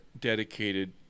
dedicated